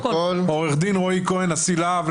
עו"ד רועי כהן להב, נשיא להב.